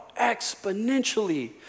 exponentially